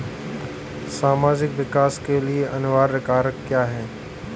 सामाजिक विकास के लिए अनिवार्य कारक क्या है?